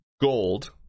Gold